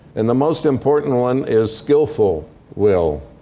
and the most important one is skillful will,